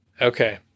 Okay